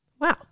Wow